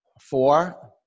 four